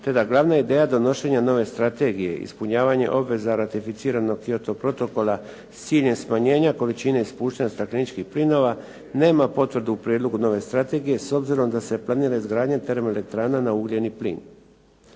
te da glavna ideja donošenja nove strategije ispunjavanja obveza ratificiranog Kyoto protokola s ciljem smanjenja količine ispuštanja stakleničkih plinova nema potvrdu u prijedlogu nove strategije s obzirom da se planira izgradnja termoelektrana na ugljen i plin.